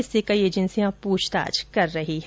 इससे कई एजेंसियां पूछताछ कर रही हैं